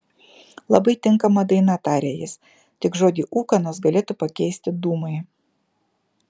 labai tinkama daina tarė jis tik žodį ūkanos galėtų pakeisti dūmai